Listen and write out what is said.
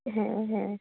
হ্যাঁ হ্যাঁ